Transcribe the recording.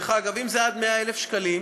דרך אגב, אם זה עד 100,000 שקלים,